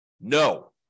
no